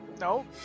nope